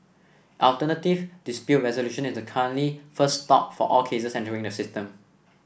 alternative dispute resolution is the currently first stop for all cases entering the system